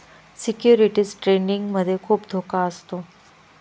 securities trading मध्ये खुप धोका असतो